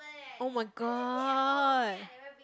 oh-my-god